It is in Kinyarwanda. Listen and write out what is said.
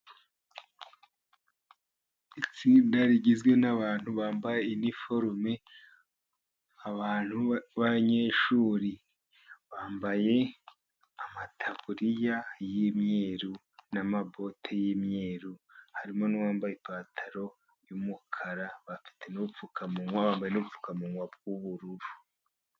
Itsinda rigizwe n'abantu bambaye iniforume, abantu b'abanyeshuri. Bambaye amataburiya y'imyeru n'amabote y'imyeru. Harimo n'uwambaye ipantaro y'umukara, bafite n'ubupfukamunwa, bambaye ubupfukamunwa bw'ubururu.